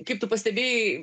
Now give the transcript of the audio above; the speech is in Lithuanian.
kaip tu pastebėjai